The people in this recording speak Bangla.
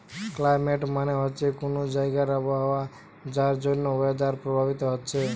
ক্লাইমেট মানে হচ্ছে কুনো জাগার আবহাওয়া যার জন্যে ওয়েদার প্রভাবিত হচ্ছে